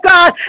God